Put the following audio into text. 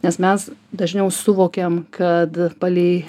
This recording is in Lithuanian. nes mes dažniau suvokiam kad palei